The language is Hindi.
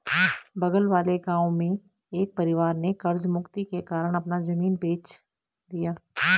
बगल वाले गांव में एक परिवार ने कर्ज मुक्ति के कारण अपना जमीन बेंच दिया